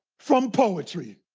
from poetry.